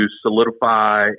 solidify